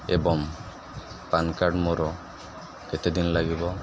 ଏବଂ PAN card ମୋର କେତେ ଦିନ ଲାଗିବ